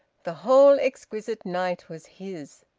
the whole exquisite night was his.